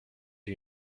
you